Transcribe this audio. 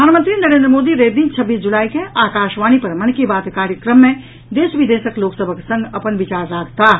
प्रधानमंत्री नरेंद्र मोदी रवि दिन छब्बीस जुलाई के आकाशवाणी पर मन की बात कार्यक्रम मे देश विदेशक लोक सभक संग अपन विचार राखताह